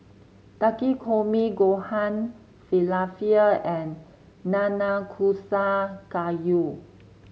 Takikomi Gohan Falafel and Nanakusa Gayu